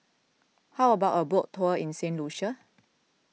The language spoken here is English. how about a boat tour in Saint Lucia